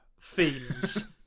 themes